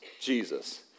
Jesus